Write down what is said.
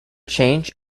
change